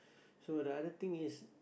so the other thing is